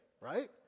right